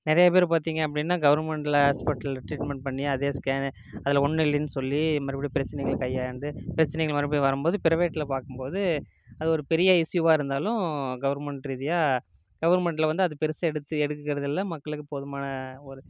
நிறையா பேர் பார்த்தீங்க அப்படின்னா கவுர்மெண்ட்ல ஹாஸ்பிட்டல்ல ட்ரீட்மெண்ட் பண்ணி அதே ஸ்கேனு அதில் ஒன்று இல்லைன்னு சொல்லி மறுபடி பிரச்சனைகளை கையாண்டு பிரச்சனைகள் மறுபடி வரும்போது பிரைவேட்ல பார்க்கும்போது அது ஒரு பெரிய இஷ்யூவாக இருந்தாலும் கவுர்மெண்ட் ரீதியாக கவுர்மெண்ட்ல வந்து அது பெருசாக எடுத்து எடுக்கிறதில்ல மக்களுக்கு போதுமான ஒரு